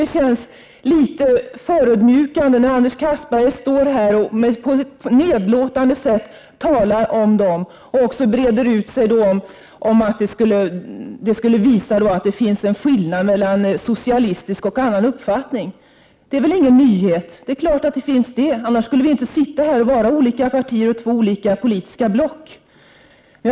Det känns litet förödmjukande när Anders Castberger här på ett nedlåtande sätt talar om dem och breder ut sig om att sådana tillbakablickar skulle visa att det finns en skillnad mellan en socialistisk och en annan uppfattning. Det är väl ingen nyhet! Det är klart att det finns skillnader! Annars skulle vi inte vara olika partier och två olika politiska block här i riksdagen.